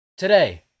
Today